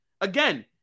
Again